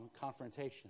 confrontation